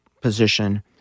position